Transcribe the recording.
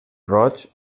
roig